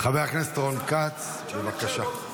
חבר הכנסת רון כץ, בבקשה.